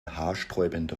haarsträubender